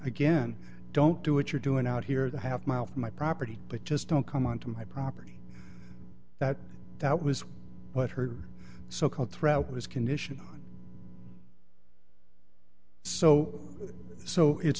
again don't do what you're doing out here the half mile from my property but just don't come onto my property that that was what her so called threat was conditional on so so it's